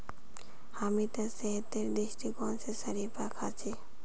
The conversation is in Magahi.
हामी त सेहतेर दृष्टिकोण स शरीफा खा छि